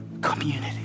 Community